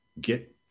get